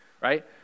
right